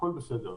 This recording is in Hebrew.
הכול בסדר.